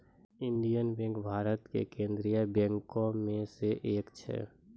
Indian bank भारत के केन्द्रीय बैंको मे से एक छै